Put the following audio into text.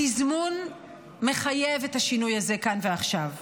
התזמון מחייב את השינוי הזה כאן ועכשיו.